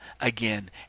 again